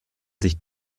sich